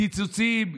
קיצוצים,